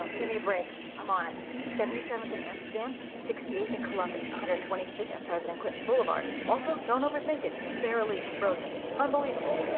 give me a break. i'm on it seventy seventh and amsterdam. sixty eighth and columbus, one hundred and twenty fifth and president clinton boulevard. also, don't over-think it sara lee, frozen, unbelievable.